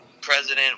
president